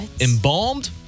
embalmed